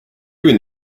would